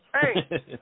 Hey